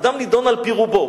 אדם נידון על-פי רובו,